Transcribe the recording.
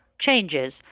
changes